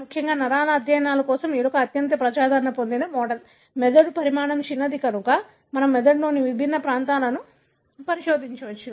ముఖ్యంగా నరాల అధ్యయనాల కోసం ఎలుక అత్యంత ప్రజాదరణ పొందిన మోడల్ మెదడు పరిమాణం పెద్దది కనుక మనం మెదడులోని వివిధ ప్రాంతాలను పరిశోధించవచ్చు